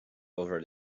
over